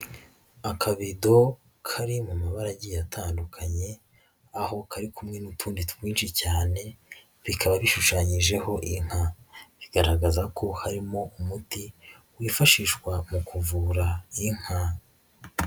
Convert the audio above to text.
Akabido kari mu mabara agiye atandukanye aho kari kumwe n'utundi twinshi cyane bikaba bishushanyijeho inka, bigaragaza ko harimo umuti wifashishwa mu kuvura inka.